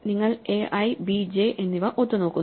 നിങ്ങൾ ai bj എന്നിവ ഒത്തു നോക്കുന്നു